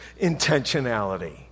intentionality